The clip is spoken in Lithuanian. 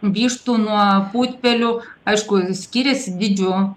vištų nuo putpelių aišku skiriasi dydžiu